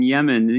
Yemen